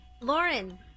Lauren